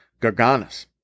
Garganus